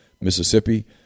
Mississippi